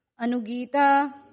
Anugita